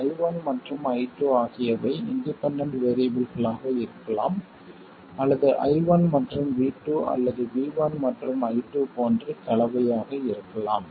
I1 மற்றும் I2 ஆகியவை independent வேறியபிள்களாக இருக்கலாம் அல்லது I1 மற்றும் V2 அல்லது V1 மற்றும் I2 போன்று கலவையாக இருக்கலாம்